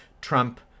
trump